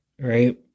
Right